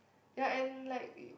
ya and like we